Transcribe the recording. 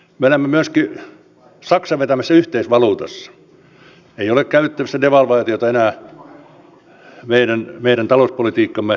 me elämme myöskin saksan vetämässä yhteisvaluutassa ei ole käytettävissä devalvaatiota enää meidän talouspolitiikkamme välineenä